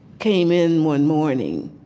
came in one morning,